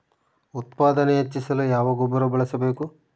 ಉತ್ಪಾದನೆ ಹೆಚ್ಚಿಸಲು ಯಾವ ಗೊಬ್ಬರ ಬಳಸಬೇಕು?